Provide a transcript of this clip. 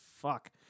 fuck